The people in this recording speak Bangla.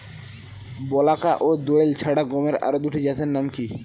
বলাকা ও দোয়েল ছাড়া গমের আরো দুটি জাতের নাম কি?